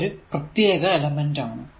ഇത് ഒരു പ്രത്യേക എലെമെന്റ് ആണ്